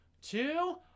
two